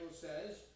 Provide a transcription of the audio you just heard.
says